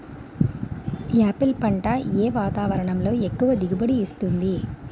Apple పంట ఏ వాతావరణంలో ఎక్కువ దిగుబడి ఇస్తుంది?